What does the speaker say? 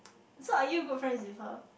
so are you good friends with her